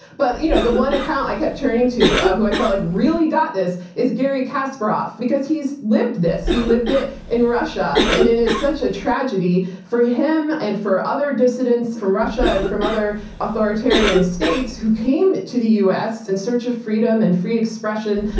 but you know the one account i kept turning to, who i felt like really got this is garry kasparov, because he's lived this. he lived at in russia. and it is such a tragedy for him and for other dissidents from russia and from other authoritarian states who came to the us in search of freedom and free expression,